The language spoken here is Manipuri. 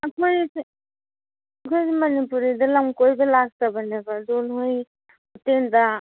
ꯑꯩꯈꯣꯏꯁꯦ ꯃꯅꯤꯄꯨꯔꯤꯗ ꯂꯝ ꯀꯣꯏꯕ ꯂꯥꯛꯆꯕꯅꯦꯕ ꯑꯗꯨ ꯅꯈꯣꯏ ꯍꯣꯇꯦꯜꯗ